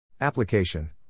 Application